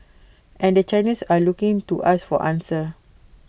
and the Chinese are looking to us for answers